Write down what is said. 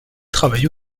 travaille